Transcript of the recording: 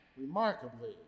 remarkably